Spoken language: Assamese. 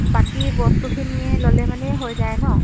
বাকী বস্তুখিনিয়ে ল'লে মানে হৈ যায় ন